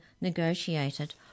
negotiated